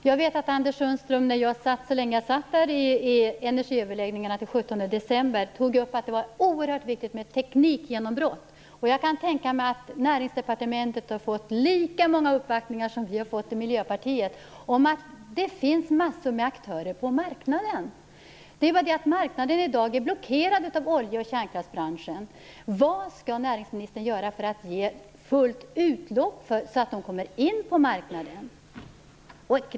Fru talman! Jag satt med i energiöverläggningarna fram till den 17 december. Anders Sundström tog upp där hur oerhört viktigt det var med ett teknikgenombrott. Jag kan tänka mig att Näringsdepartementet har fått lika många uppvaktningar som vi i Miljöpartiet har fått om att det finns massor av aktörer på marknaden. Det är bara det att marknaden i dag är blockerad av olje och kärnkraftsbranscherna. Vad skall näringsministern göra för att andra aktörer skall kunna komma in på marknaden?